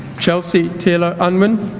chelsea taylor unwin